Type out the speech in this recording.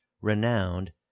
renowned